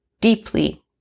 deeply